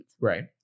Right